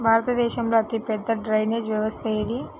భారతదేశంలో అతిపెద్ద డ్రైనేజీ వ్యవస్థ ఏది?